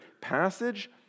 passage